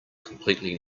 completely